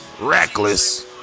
Reckless